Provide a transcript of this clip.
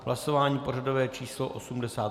Hlasování pořadové číslo 88.